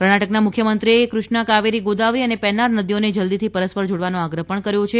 કર્ણાટકના મુખ્યમંત્રીએ કૃષ્ણા કાવેરી ગોદાવરી અને પેન્નાર નદીઓને જલદીથી પરસ્પર જોડવાનો આગ્રહ પણ કર્યો છે